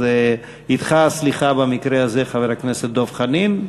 אז אתך הסליחה במקרה הזה, חבר הכנסת דב חנין.